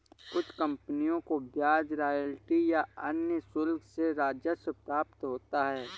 कुछ कंपनियों को ब्याज रॉयल्टी या अन्य शुल्क से राजस्व प्राप्त होता है